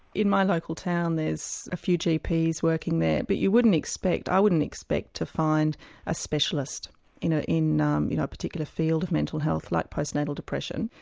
in my local town there's a few gps working there but you wouldn't expect, i wouldn't expect to find a specialist in a um you know particular field of mental health like postnatal depression.